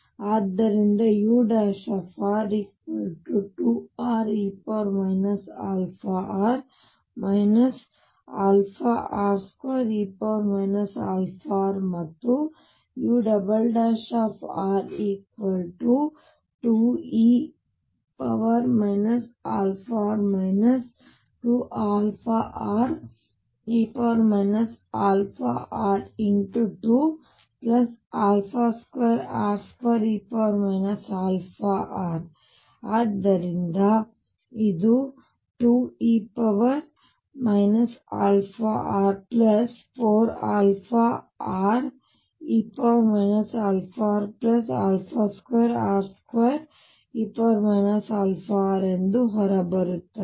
ಆದ್ದರಿಂದ ur2re αr αr2e αr ಮತ್ತು ur2e αr 2αre αr×22r2e αr ಆದ್ದರಿಂದ ಇದು 2e αr4αre αr2r2e αr ಎಂದು ಹೊರಬರುತ್ತದೆ